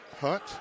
Hunt